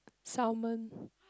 salmon